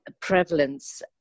prevalence